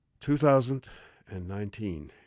2019